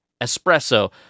Espresso